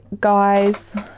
guys